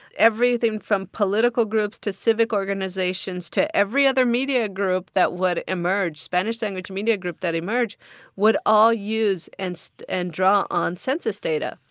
everything from political groups to civic organizations to every other media group that would emerge spanish-language media group that emerge would all use and so and draw on census data.